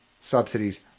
subsidies